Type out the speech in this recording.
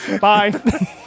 Bye